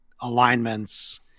alignments